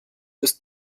ist